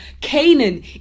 Canaan